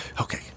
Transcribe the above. Okay